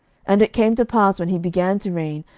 and it came to pass, when he began to reign,